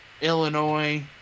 Illinois